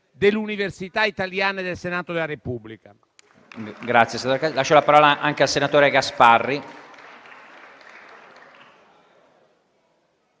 delle università italiane e del Senato della Repubblica.